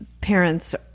parents